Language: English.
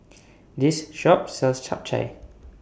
This Shop sells Chap Chai